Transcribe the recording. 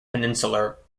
peninsular